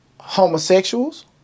homosexuals